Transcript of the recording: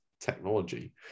technology